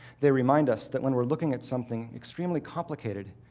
they remind us that when we're looking at something extremely complicated,